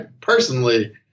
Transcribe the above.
personally